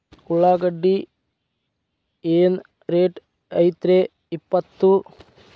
ಉಳ್ಳಾಗಡ್ಡಿ ಏನ್ ರೇಟ್ ಐತ್ರೇ ಇಪ್ಪತ್ತು?